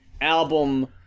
album